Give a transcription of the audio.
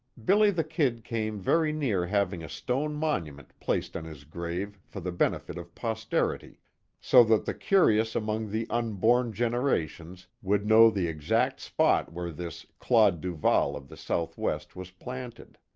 billy the kid came very near having a stone monument placed on his grave for the benefit of posterity so that the curious among the unborn generations would know the exact spot where this claude duval of the southwest was planted.